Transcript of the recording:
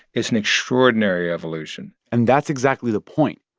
it's an extraordinary evolution and that's exactly the point.